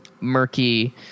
murky